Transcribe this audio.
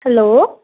hello